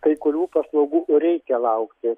kai kurių paslaugų reikia laukti